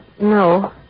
No